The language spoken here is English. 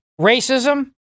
racism